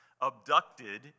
abducted